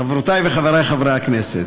חברותי וחברי חברי הכנסת,